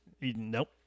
Nope